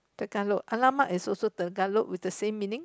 Tagalog !alamak! is also Tagalog with the same meaning